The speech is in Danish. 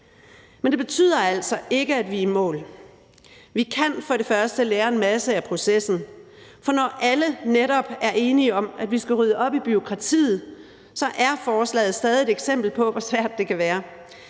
Men det betyder altså ikke, at vi er i mål. Vi kan først og fremmest lære en masse af processen, for selv om alle netop er enige om, at vi skal rydde op i bureaukratiet, er forslaget stadig et eksempel på, hvor svært det kan være.